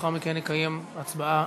ולאחר מכן נקיים הצבעה,